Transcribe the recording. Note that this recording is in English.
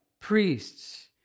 Priests